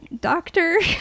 doctor